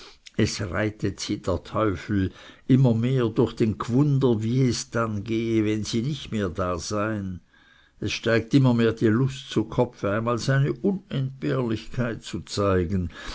es reitet sie der teufel immer mehr durch den gwunder wie es dann gehe wenn sie nicht mehr da seien es steigt immer mehr die lust zu kopfe einmal seine unentbehrlichkeit zu zeigen